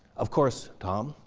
of course, tom,